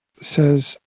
says